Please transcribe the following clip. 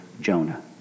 Jonah